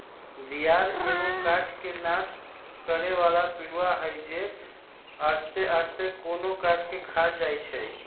दियार एगो काठ के नाश करे बला पिलुआ हई जे आस्ते आस्ते कोनो काठ के ख़ा जाइ छइ